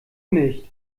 nicht